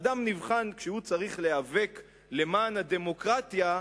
אדם נבחן כשהוא צריך להיאבק למען הדמוקרטיה,